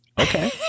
okay